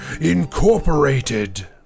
Incorporated